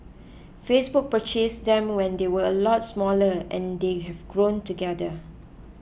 Facebook purchased them when they were a lot smaller and they have grown together